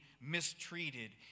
mistreated